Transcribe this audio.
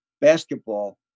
Basketball